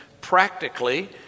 practically